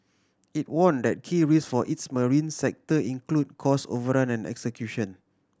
it warn that key risk for its marine sector include cost overrun and execution